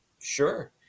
sure